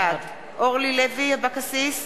בעד אורלי לוי אבקסיס,